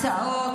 הצעות,